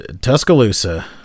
Tuscaloosa